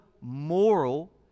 moral